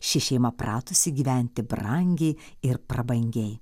ši šeima pratusi gyventi brangiai ir prabangiai